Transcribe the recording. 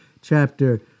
chapter